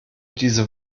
diese